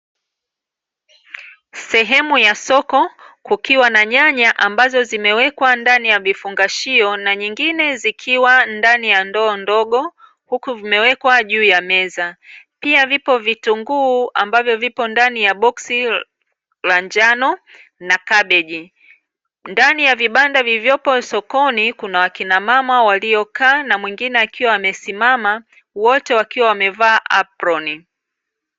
Sehemu ya soko kukiwa na nyanya ambazo zimewekwa ndani ya vifungashio na nyingine zikiwa ndani ya ndoo ndogo, huku vimewekwa juu ya meza. Pia vipo vitunguu ambavyo vipo ndani ya boksi la njano na kabeji. Ndani ya vibanda vilivyopo sokoni kuna wakina mama waliokaa na mwingine akiwa amesimama, wote wakiwa wamevaa aproni.